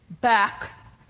back